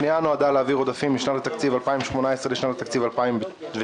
הפנייה נועדה להעביר עודפים משנת התקציב 2018 לשנת התקציב 2019,